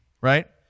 right